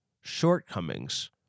shortcomings